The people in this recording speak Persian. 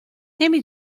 نمی